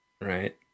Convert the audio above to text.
Right